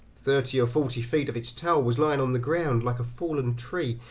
thirty or forty feet of its tail was lying on the ground, like a fallen tree,